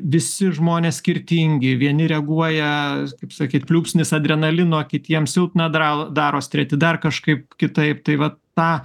visi žmonės skirtingi vieni reaguoja kaip sakyt pliūpsnis adrenalino kitiems silpna dra daros treti dar kažkaip kitaip tai vat tą